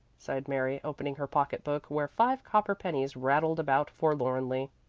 sighed mary, opening her pocketbook, where five copper pennies rattled about forlornly.